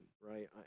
right